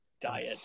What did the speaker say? diet